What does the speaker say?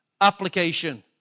Application